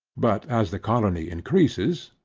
but as the colony increases,